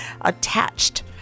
attached